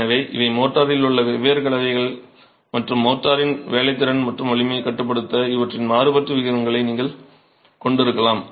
எனவே இவை மோர்டாரில் உள்ள வெவ்வேறு கலவைகள் மற்றும் மோர்டாரின் வேலைத்திறன் மற்றும் வலிமையைக் கட்டுப்படுத்த இவற்றின் மாறுபட்ட விகிதங்களை நீங்கள் கொண்டிருக்கலாம்